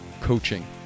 coaching